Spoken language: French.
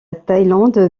thaïlande